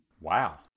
wow